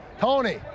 Tony